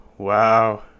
Wow